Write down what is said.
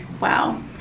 Wow